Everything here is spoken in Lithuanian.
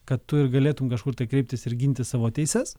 kad tu ir galėtum kažkur kreiptis ir ginti savo teises